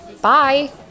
bye